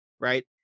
Right